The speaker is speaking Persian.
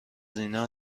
اینا